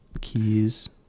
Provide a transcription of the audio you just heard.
keys